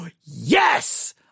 Yes